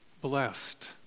blessed